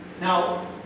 Now